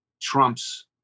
trumps